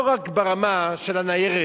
לא רק ברמה של הניירת,